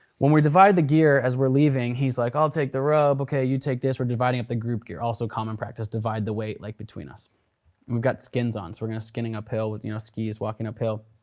when we divide the gear as we're leaving, he's like i'll take the rope, okay you take this. were dividing up the group gear. also common practice, divide the weight like between us. and we've got skins on, so we're gonna skin uphill with you know skis, walking up hill.